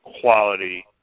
quality